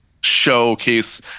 showcase